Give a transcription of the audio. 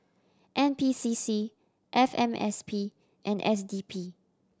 N P C C F M S P and S D P